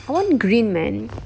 I want green man